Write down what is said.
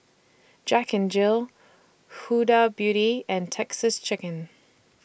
Jack N Jill Huda Beauty and Texas Chicken